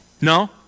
No